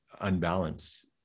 unbalanced